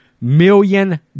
million